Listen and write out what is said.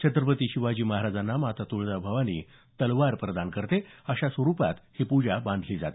छत्रपती शिवाजी महाराजांना माता तुळजाभवानी तलवार प्रदान करते अशा स्वरुपात ही पूजा बांधण्यात येते